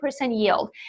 yield